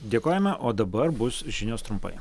dėkojame o dabar bus žinios trumpai